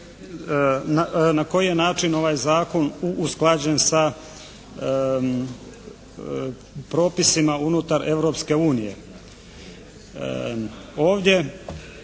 na koji je način ovaj Zakon usklađen sa propisima unutar Europske unije.